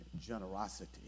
generosity